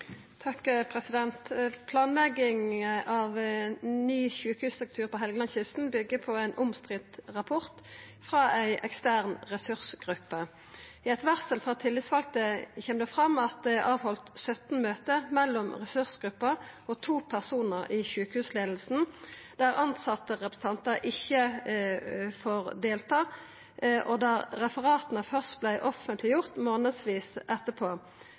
av ny sykehusstruktur på Helgelandskysten bygger på en omstridt rapport fra en ekstern ressursgruppe. I et varsel fra tillitsvalgte kommer det frem at det er avholdt 17 møter mellom ressursgruppa og to personer i sykehusledelsen – der ansattrepresentanter ikke fikk delta, og der referatene først ble offentliggjort månedsvis etterpå.